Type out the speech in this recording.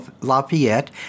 Lafayette